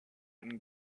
and